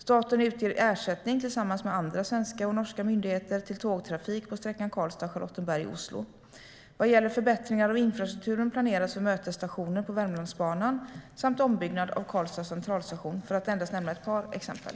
Staten utger tillsammans med andra svenska och norska myndigheter ersättning till tågtrafik på sträckan Karlstad-Charlottenberg-Oslo. Vad gäller förbättringar av infrastrukturen planeras för mötesstationer på Värmlandsbanan samt ombyggnad av Karlstad centralstation, för att endast nämna ett par exempel.